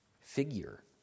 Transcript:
figure